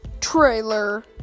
trailer